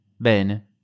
bene